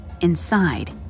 Inside